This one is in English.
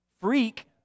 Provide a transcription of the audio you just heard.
freak